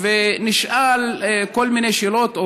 ונשאל כל מיני שאלות,